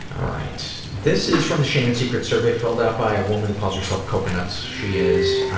alright, this is from the shame and secrets survey filled out by a woman who calls herself coconuts. she is